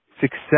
success